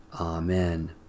Amen